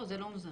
לא, זה לא מוזר.